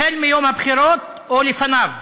החל מיום הבחירות או לפניו: